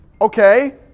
Okay